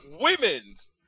women's